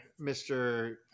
mr